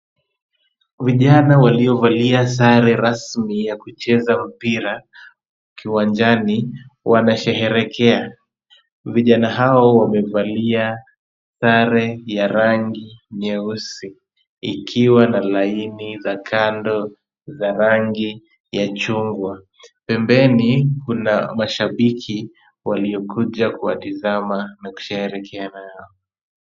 Vijana waliovalia sare rasmi ya kucheza mpira kiwanjani wanasheherekea. Vijana hao wamevalia sare ya rangi nyeusi ikiwa na laini za kando za rangi ya chungwa. Pembeni, kuna mashabiki waliokuja kuwatazama na kusheherekea nao.